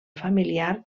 familiar